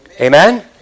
Amen